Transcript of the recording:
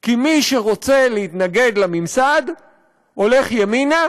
כי מי שרוצה להתנגד לממסד הולך ימינה,